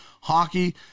Hockey